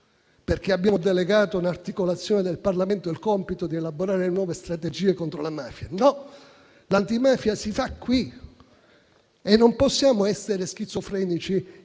perché abbiamo delegato a un'articolazione del Parlamento il compito di elaborare nuove strategie contro la mafia. No: l'antimafia si fa qui, non possiamo essere schizofrenici, incaricando